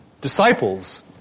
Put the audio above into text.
disciples